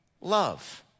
love